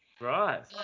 Right